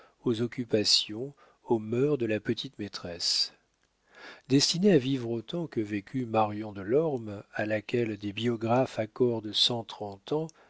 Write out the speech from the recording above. aux occupations aux mœurs de la petite-maîtresse destinée à vivre autant que vécut marion de lorme à laquelle des biographes accordent cent trente ans